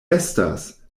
estas